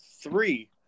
three